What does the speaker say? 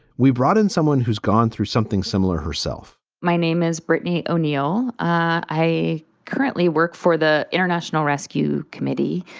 we brought in someone who's gone through something similar herself my name is brittany o'neal. i currently work for the international rescue committee.